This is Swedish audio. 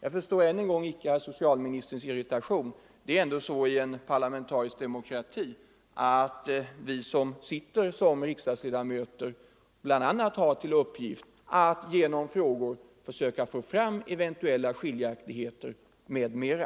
Jag förstår fortfarande icke socialministerns irritation. Det är ändå så i en parlamentarisk demokrati att vi riksdagsledamöter bl.a. har till uppgift att genom frågor försöka få fram vad som verkligen är fakta.